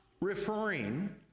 referring